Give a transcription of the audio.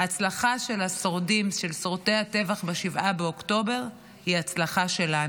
הצלחה של שורדי הטבח ב-7 באוקטובר היא הצלחה שלנו.